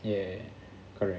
ya correct